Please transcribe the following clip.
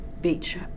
beach